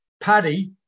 Paddy